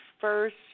first